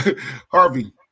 Harvey